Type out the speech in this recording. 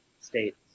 states